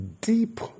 deep